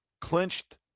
clinched